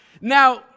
Now